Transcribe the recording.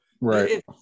Right